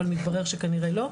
אבל מתברר שכנראה לא,